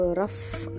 rough